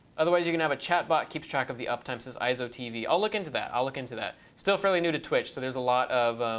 otherwise, you can have a chatbot that keeps track of the uptime, says isotv. i'll look into that. i'll look into that. still fairly new to twitch, so there's a lot of